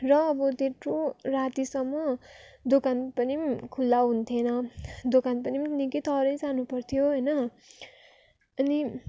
र अब त्यत्रो रातिसम्म दोकान पनि खुल्ला हुन्थेन दोकान पनि निक्कै तलै जानुपर्थ्यो होइन अनि